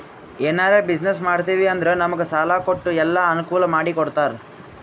ಎನಾರೇ ಬಿಸಿನ್ನೆಸ್ ಮಾಡ್ತಿವಿ ಅಂದುರ್ ನಮುಗ್ ಸಾಲಾ ಕೊಟ್ಟು ಎಲ್ಲಾ ಅನ್ಕೂಲ್ ಮಾಡಿ ಕೊಡ್ತಾರ್